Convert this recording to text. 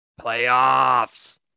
Playoffs